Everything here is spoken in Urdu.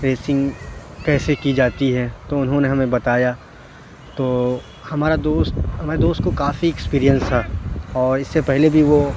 ریسنگ کیسے کی جاتی ہے تو اُنہوں نے ہمیں بتایا تو ہمارا دوست ہمارے دوست کو کافی اکسپرینس ہے اور اِس سے پہلے بھی وہ